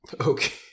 Okay